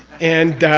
and